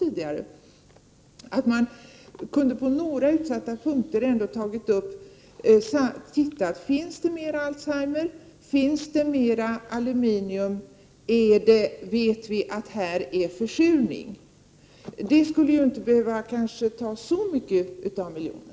Man kunde kanske på några utsatta punkter undersöka om Alzheimers sjukdom förekommer i ökad utsträckning, om det finns mer aluminium i vattnet och om det där är fråga om försurning av marken. För det skulle man kanske inte behöva ta i anspråk så mycket av den här miljonen.